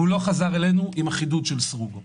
הוא לא חזר אלינו עם החידוד של סרוגו.